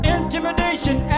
Intimidation